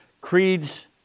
Creeds